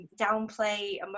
downplay